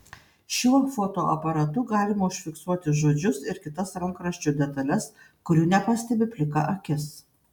šiuo fotoaparatu galima užfiksuoti žodžius ir kitas rankraščių detales kurių nepastebi plika akis